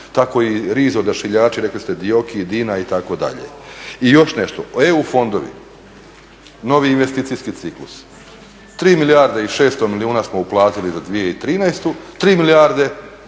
tako i RIZ Odašiljači, rekli ste Dioki, Dina itd. I još nešto, eu fondovi, novi investicijski ciklus, 3 milijarde i 600 milijuna smo uplatili za 2013., 3 milijarde